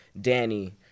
Danny